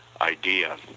idea